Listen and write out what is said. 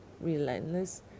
relentless